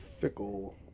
fickle